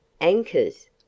Anchors